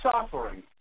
suffering